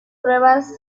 pruebas